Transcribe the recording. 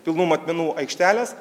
pilnų matmenų aikštelės